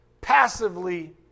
passively